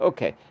Okay